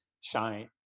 shine